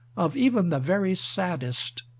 of even the very saddest,